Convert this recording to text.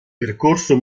percorso